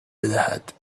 بدهد